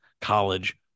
college